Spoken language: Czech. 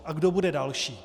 A kdo bude další?